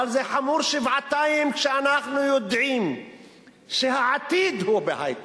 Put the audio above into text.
אבל זה חמור שבעתיים כשאנחנו יודעים שהעתיד הוא בהיי-טק,